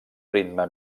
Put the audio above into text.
ritme